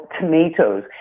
tomatoes